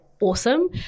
awesome